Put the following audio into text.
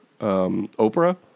Oprah